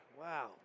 Wow